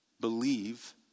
believe